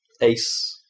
Ace